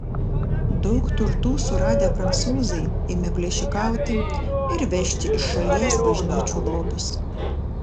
daug turtų suradę prancūzai ėmė plėšikauti ir vežti iš šalies bažnyčių lobius